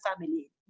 family